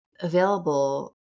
available